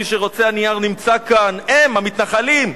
מי שרוצה, הנייר נמצא כאן: הם, המתנחלים,